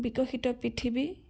বিকশিত পৃথিৱী